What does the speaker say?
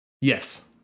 Yes